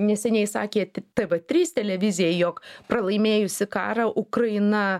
neseniai sakė t tv trys televizijai jog pralaimėjusi karą ukraina